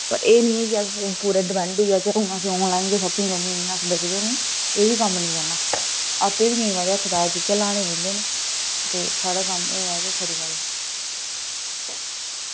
पर एह् नि ऐ के अस हुन पूरे डिपेंड होई जाह्चै हुन असें आनलाइन गै शापिंग करनी इ'यां अस बचदे नि एह् बी कम्म नेईं करना आपे बी केईं बार हत्थ पैर जेह्के ल्हाने पौंदे न ते साढ़ा कम्म होऐ ते खरी गल्ल ऐ